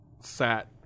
sat